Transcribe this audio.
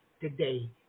today